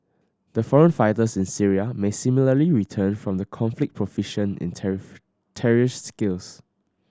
the foreign fighters in Syria may similarly return from the conflict proficient in terrorist skills